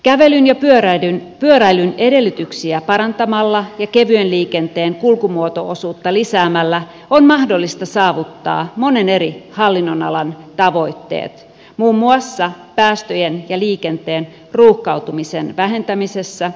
kävelin ja pyöräilyn pyöräilyn edellytyksiä parantamalla kevyen liikenteen kulkumuoto osuutta lisäämällä on mahdollista saavuttaa monin eri hallinnonalan tavoitteet muun muassa päästöjen tieliikenteen ruuhkautumisen vähentämisessä